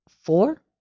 four